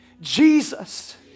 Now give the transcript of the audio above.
Jesus